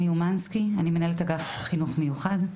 אני מנהלת אגף חינוך מיוחד,